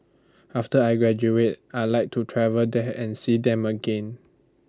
after I graduate I'd like to travel there and see them again